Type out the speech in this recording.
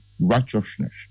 righteousness